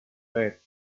pet